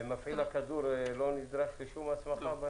ומפעיל הכדור לא נדרש לשום הסמכה?